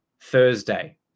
Thursday